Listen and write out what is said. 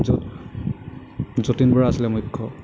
য'ত যতীন বৰা আছিলে মুখ্য